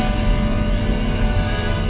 and